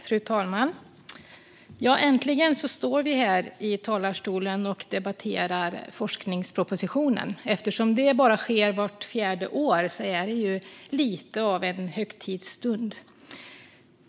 Fru talman! Äntligen står vi här i talarstolen och debatterar forskningspropositionen! Eftersom det bara sker vart fjärde år är detta lite av en högtidsstund.